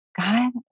God